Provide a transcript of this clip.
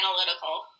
analytical